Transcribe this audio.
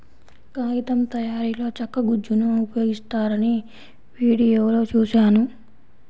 కాగితం తయారీలో చెక్క గుజ్జును ఉపయోగిస్తారని వీడియోలో చూశాను